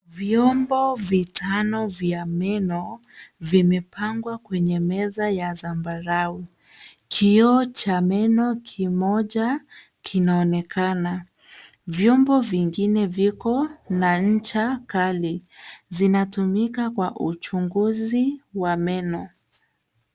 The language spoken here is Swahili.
Vyombo vitano vya meno ,vimepangwa kwenye meza ya zambarau, kioo cha meno kimoja kinaonekana. Vyombo vingine viko na ncha kali, zinatumika kwa uchunguzi wa meno.